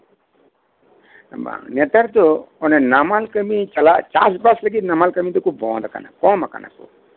ᱱᱮᱛᱟᱨ ᱫᱚ ᱚᱱᱮ ᱱᱟᱢᱟᱞ ᱠᱟᱹᱢᱤ ᱪᱟᱞᱟᱜ ᱪᱟᱥᱵᱟᱥ ᱞᱟᱹᱜᱤᱫ ᱱᱟᱢᱟᱞ ᱠᱟᱹᱢᱤ ᱪᱟᱞᱟᱜ ᱫᱚᱠᱚ ᱵᱚᱱᱫᱷ ᱸᱟᱠᱟᱱᱟ ᱠᱚᱢ ᱟᱠᱟᱱᱟ